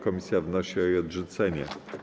Komisja wnosi o jej odrzucenie.